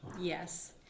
Yes